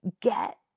Get